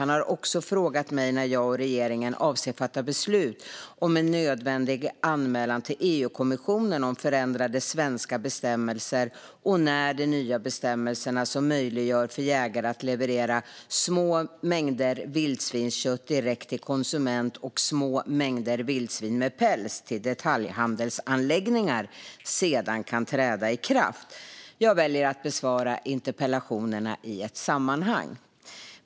Han har också frågat mig när jag och regeringen avser att fatta beslut om en nödvändig anmälan till EU-kommissionen om förändrade svenska bestämmelser och när de nya bestämmelserna som möjliggör för jägare att leverera små mängder vildsvinskött direkt till konsument och små mängder vildsvin med päls till detaljhandelsanläggningar sedan kan träda i kraft. Jag väljer att besvara interpellationerna i ett sammanhang.